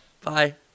Bye